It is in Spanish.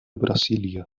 brasilia